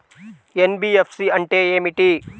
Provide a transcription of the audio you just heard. NBFC అంటే ఏమిటి?